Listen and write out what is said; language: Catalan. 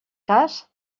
cas